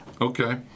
Okay